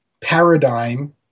paradigm